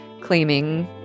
claiming